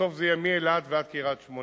בסוף זה יהיה מאילת ועד קריית-שמונה.